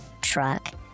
truck